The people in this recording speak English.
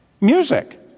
music